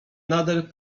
nader